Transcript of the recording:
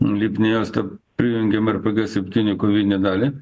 lipnia juosta prijungiam rpg septyni kovinę dalį